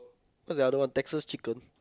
what's the other one Texas chicken